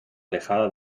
alejada